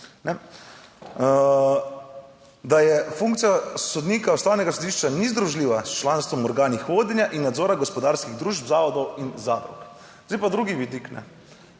da funkcija sodnika Ustavnega sodišča ni združljiva s članstvom v organih vodenja in nadzora gospodarskih družb, zavodov in zadrug. Zdaj pa drugi vidik,